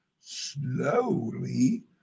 slowly